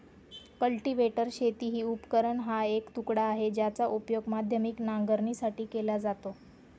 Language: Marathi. कल्टीवेटर शेती उपकरण हा एक तुकडा आहे, ज्याचा उपयोग माध्यमिक नांगरणीसाठी केला जातो